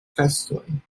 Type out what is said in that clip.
festoj